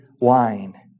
wine